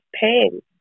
pain